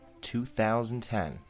2010